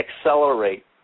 accelerate